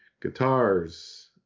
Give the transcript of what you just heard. guitars